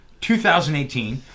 2018